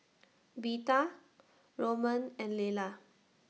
Birtha Roman and Layla